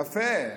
יפה.